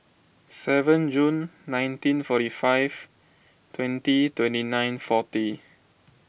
seven June nineteen forty five twenty twenty nine forty